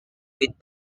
with